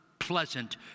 pleasant